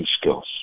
skills